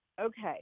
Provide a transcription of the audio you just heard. Okay